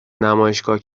نمایشگاه